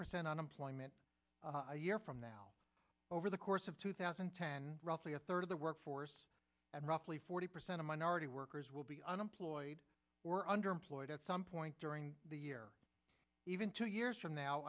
percent unemployment year from now over the course of two thousand and ten roughly a third of the workforce and roughly forty percent of minority workers will be unemployed or underemployed at some point during the year even two years from now